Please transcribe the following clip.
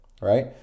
right